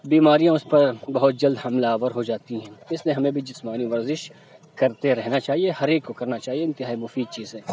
بیماریاں اس پر بہت جلد حملہ آور ہو جاتی ہیں اس لیے ہمیں بھی جسمانی ورزش کرتے رہنا چاہیے ہر ایک کو کرنا چاہیے انتہائی مفید چیز ہے